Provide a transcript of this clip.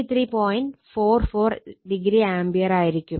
44o ampere എന്നായിരിക്കും